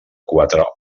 quatre